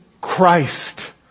Christ